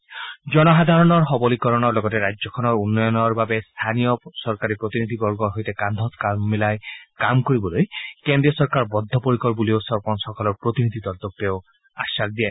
ৰাজ্যখনৰ জনসাধাৰণৰ সৱলীকৰণৰ লগতে ৰাজ্যখনৰ উন্নয়নৰ বাবে স্থানীয় চৰকাৰী প্ৰতিনিধিবৰ্গৰ সৈতে কান্ধত কান্ধ মিলাই কাম কৰিবলৈ কেন্দ্ৰীয় চৰকাৰ বদ্ধপৰিকৰ বুলি চৰপঞ্চসকলৰ প্ৰতিনিধি দলটোক আশ্বাস দিয়ে